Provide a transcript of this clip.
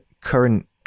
current